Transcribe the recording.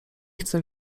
chcę